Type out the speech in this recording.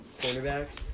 cornerbacks